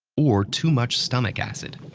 or too much stomach acid.